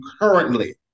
currently